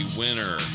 winner